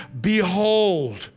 behold